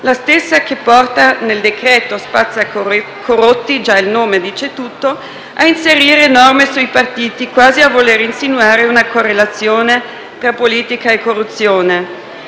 la stessa che porta nel decreto spazzacorrotti - già il nome dice tutto - a inserire norme sui partiti, quasi a voler insinuare una correlazione tra politica e corruzione.